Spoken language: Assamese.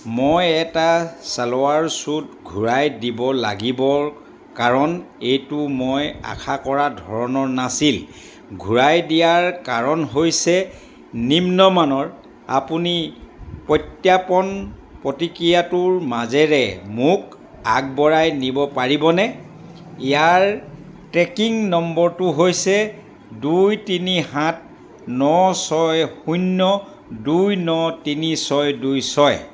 মই এটা ছালৱাৰ ছুট ঘূৰাই দিব লাগিব কাৰণ এইটো মই আশা কৰা ধৰণৰ নাছিল ঘূৰাই দিয়াৰ কাৰণ হৈছে নিম্ন মানৰ আপুনি প্ৰত্যাৰ্পণ প্ৰক্ৰিয়াটোৰ মাজেৰে মোক আগবঢ়াই নিব পাৰিবনে ইয়াৰ ট্ৰেকিং নম্বৰটো হৈছে দুই তিনি সাত ন ছয় শূন্য দুই ন তিনি ছয় দুই ছয়